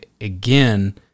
again